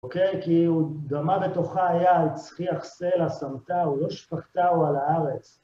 אוקיי? כי דמה בתוכה היה על צחיח סלע, שמתהו, לא שפכתהו על הארץ.